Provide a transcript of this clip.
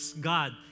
God